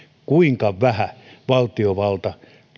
kuinka vähän valtiovalta